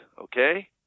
okay